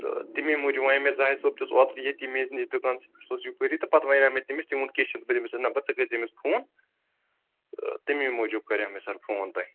تہٕ تٔمی موٗجوٗب ونےَ مےٚ زٲہِد صٲب تہٕ اوس اوترٕ ییٚتی میٛٲنِس دُکانَس پیٚٹھ سُہ اوس یپٲری تہٕ پَتہٕ ونیٛاو مےٚ تٔمِس تہٕ تمٔۍ ووٚن کیٚنٛہہ چھُنہٕ بہٕ دِمہٕ تمٔۍ سُنٛد نمبَر تہٕ ژٕ کٔرۍزِ أمِس فون آ تٔمی موٗجوٗب کٔرِو مےٚ سَر فون تۅہہِ